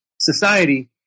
society